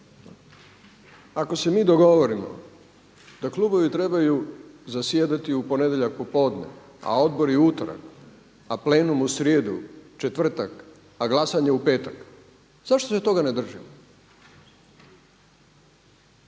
Ako se mi dogovorimo da klubovi trebaju zasjedati u ponedjeljak popodne, a odbori u utorak, a plenum u srijedu, četvrtak, a glasanje u petak, zašto se toga ne držimo?